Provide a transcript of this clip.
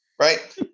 right